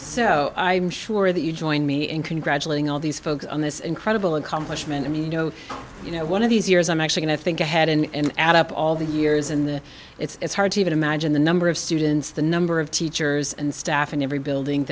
so i'm sure that you join me in congratulating all these folks on this incredible accomplishment and you know you know one of these years i'm actually and i think ahead in add up all the years in the it's hard to even imagine the number of students the number of teachers and staff in every building